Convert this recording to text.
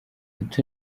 ati